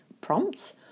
prompts